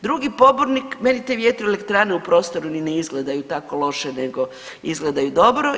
Drugi pobornik, meni te vjetroelektrane u prostoru ni ne izgledaju tako loše nego izgledaju dobro.